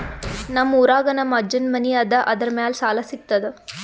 ನಮ್ ಊರಾಗ ನಮ್ ಅಜ್ಜನ್ ಮನಿ ಅದ, ಅದರ ಮ್ಯಾಲ ಸಾಲಾ ಸಿಗ್ತದ?